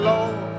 Lord